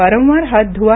वारंवार हात धुवा